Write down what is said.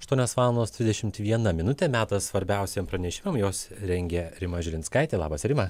aštuonios valandos trisdešimt viena minutė metas svarbiausiem pranešimam juos rengia rima žilinskaitė labas rima